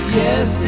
yes